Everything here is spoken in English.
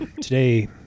Today